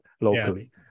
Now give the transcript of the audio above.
locally